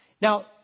Now